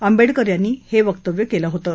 आंबेडकर यांनी हे वक्तव्य केलं होतं